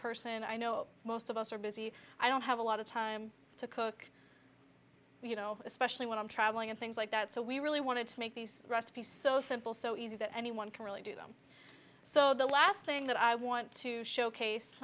person and i know most of us are busy i don't have a lot of time to cook you know especially when i'm traveling and things like that so we really wanted to make these recipes so simple so easy that anyone can really do them so the last thing that i want to showcase